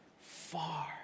far